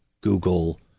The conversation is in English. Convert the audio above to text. Google